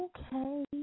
Okay